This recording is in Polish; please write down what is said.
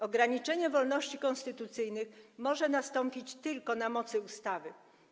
Ograniczenie wolności konstytucyjnych może nastąpić tylko na mocy ustawy.